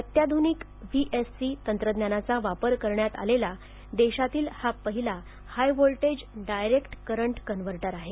अत्याधुनिक व्हीएससी तंत्रज्ञानाचा वापर करण्यात आलेला देशातील हा पहिला high voltage direct current converter आहे